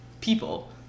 people